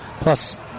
plus